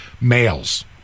males